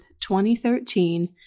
2013